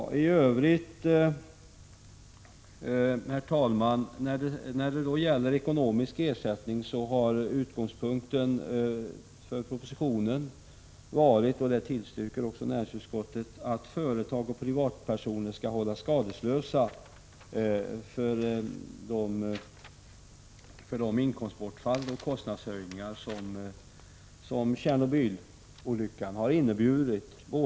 I fråga om ekonomisk ersättning har utgångspunkten för propositionen varit — och det tillstyrks av näringsutskottet — att företag och privatpersoner skall hållas skadeslösa för de inkomstbortfall och kostnadshöjningar som Tjernobylolyckan har fört med sig.